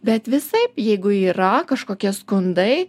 bet visaip jeigu yra kažkokie skundai